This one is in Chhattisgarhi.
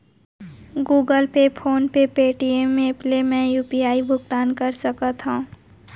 कोन कोन एप ले मैं यू.पी.आई भुगतान कर सकत हओं?